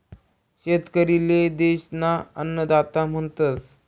शेतकरी ले देश ना अन्नदाता म्हणतस